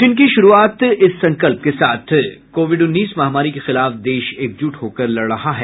bulletin की शुरूआत इस संकल्प के साथ कोविड उन्नीस महामारी के खिलाफ देश एकजुट होकर लड़ रहा है